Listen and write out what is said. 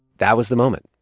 that was the moment.